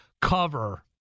cover